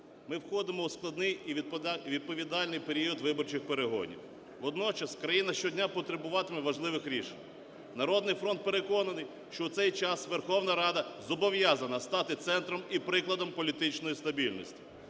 ми входимо в складний і відповідальний період виборчих перегонів. Водночас країна щодня потребуватиме важливих рішень. "Народний фронт" переконаний, що в цей час Верховна Рада зобов'язана стати центром і прикладом політичної стабільності.